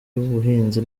y’ubuhinzi